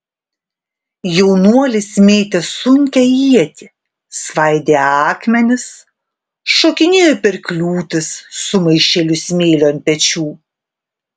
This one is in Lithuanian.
jaunuolis mėtė sunkią ietį svaidė akmenis šokinėjo per kliūtis su maišeliu smėlio ant pečių